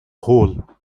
whole